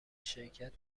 شرکت